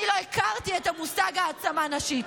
אני לא הכרתי את המושג העצמה נשית,